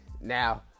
Now